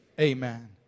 Amen